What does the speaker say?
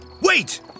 Wait